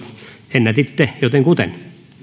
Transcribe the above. ennätitte jotenkuten